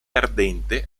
ardente